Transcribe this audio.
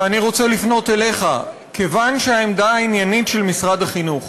ואני רוצה לפנות אליך כיוון שהעמדה העניינית של משרד החינוך